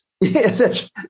Yes